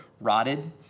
rotted